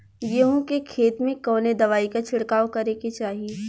गेहूँ के खेत मे कवने दवाई क छिड़काव करे के चाही?